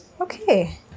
Okay